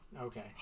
Okay